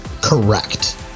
Correct